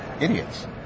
idiots